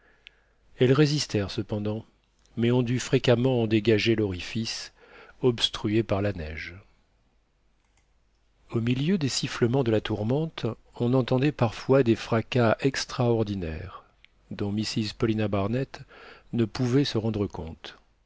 elles résistèrent cependant mais on dut fréquemment en dégager l'orifice obstrué par la neige au milieu des sifflements de la tourmente on entendait parfois des fracas extraordinaires dont mrs paulina barnett ne pouvait se rendre compte